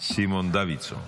סימון דוידסון.